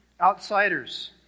outsiders